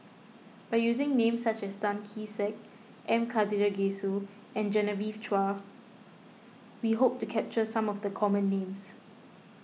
by using names such as Tan Kee Sek M Karthigesu and Genevieve Chua we hope to capture some of the common names